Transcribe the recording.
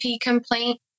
complaint